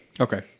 Okay